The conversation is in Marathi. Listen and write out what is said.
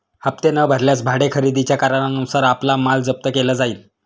हप्ते न भरल्यास भाडे खरेदीच्या करारानुसार आपला माल जप्त केला जाईल